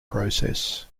process